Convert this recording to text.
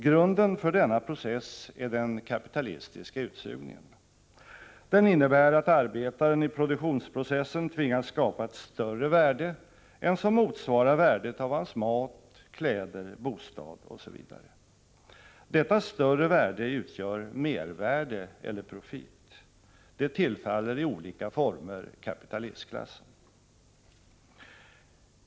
Grunden för denna process är den kapitalistiska utsugningen. Den innebär att arbetaren i produktionsprocessen tvingas skapa ett större värde än som motsvarar värdet av hans mat, kläder, bostad osv. Detta större värde utgör mervärde eller profit. Den tillfaller i olika former kapitalistklassen.